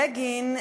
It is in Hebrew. בגין,